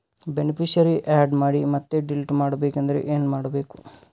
Beneficiary, add ಮಾಡಿ ಮತ್ತೆ delete ಮಾಡಬೇಕೆಂದರೆ ಏನ್ ಮಾಡಬೇಕು?